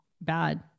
bad